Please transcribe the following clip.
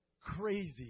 crazy